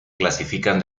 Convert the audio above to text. clasifican